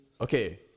Okay